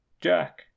Jack